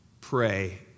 pray